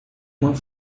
uma